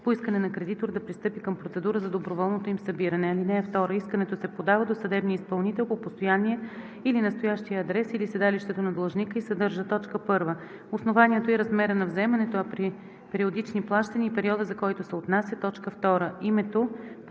по искане на кредитор да пристъпи към процедура за доброволно им събиране. (2) Искането се подава до съдебния изпълнител по постоянния или настоящия адрес или седалището на длъжника и съдържа: 1. основанието и размера на вземането, а при периодични плащания – и периода, за който се отнася; 2. името,